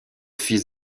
fils